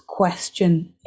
question